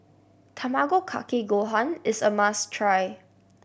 Tamago Kake Gohan is a must try